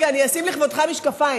רגע, אני אשים לכבודך משקפיים.